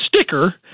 sticker